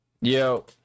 Yo